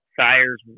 sire's